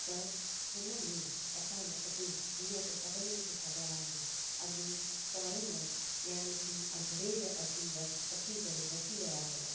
त हिनमें असां अॻिए जीअं त सभिनीनि खे ख़बर आहे अॻिए फोरनर्स यानी की अंग्रेज असी वसि अची करे वसी विया हुआ